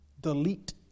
delete